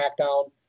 SmackDown